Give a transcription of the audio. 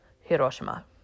Hiroshima